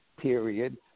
period